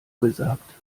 gesagt